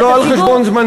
עשיתם, תעשה שיעורי בית.